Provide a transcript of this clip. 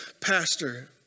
pastor